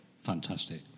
fantastic